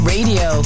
Radio